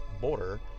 border